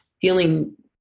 feeling